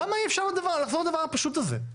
למה אי אפשר לחזור לדבר הפשוט הזה?